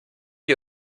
die